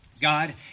God